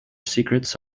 secrets